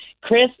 Chris